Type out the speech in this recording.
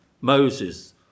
Moses